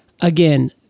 Again